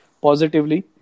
positively